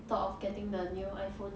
thought of getting the new iphone